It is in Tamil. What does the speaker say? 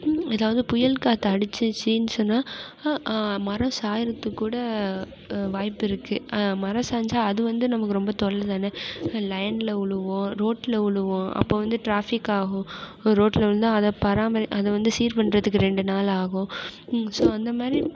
ஏதாவது புயல் காற்று அடித்துச்சுனு சொன்னால் மரம் சாய்கிறதுக்கு கூட வாய்ப்பிருக்குது மரம் சாஞ்சால் அது வந்து நமக்கு ரொம்ப தொல்லை தான் லைனில் விழுவும் ரோட்டில் விழுவும் அப்போது வந்து ட்ராஃபிக் ஆகும் ரோட்டில் விழுந்தா அதை பராம அதை வந்து சீர் பண்றதுக்கு ரெண்டு நாள் ஆகும் ஸோ அந்தமாதிரி